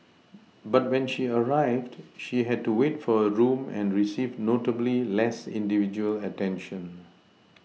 but when she arrived she had to wait for a room and received notably less individual attention